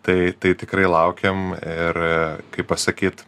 tai tai tikrai laukiam ir kaip pasakyt